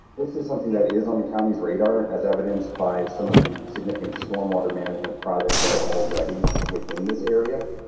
this is something that is on the county's radar as evidenced by some of the significant storm water management projects that are already within this area.